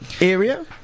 area